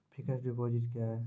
Fixed deposit क्या हैं?